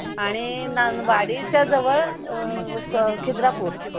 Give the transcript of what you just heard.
आणि वाडीच्या जवळ क खिद्रापूर